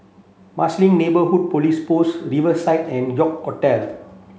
Marsiling Neighbourhood Police Post Riverside and York Hotel